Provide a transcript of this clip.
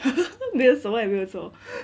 没有什么也没有做